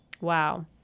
Wow